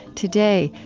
today,